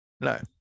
no